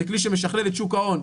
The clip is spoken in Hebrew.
זה כלי שמשכלל את שוק ההון,